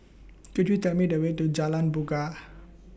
Could YOU Tell Me The Way to Jalan Bungar